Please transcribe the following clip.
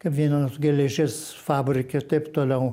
kaip vienas geležies fabrike taip toliau